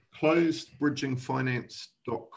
ClosedBridgingFinance.com